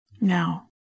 Now